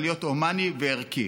אבל להיות הומני וערכי.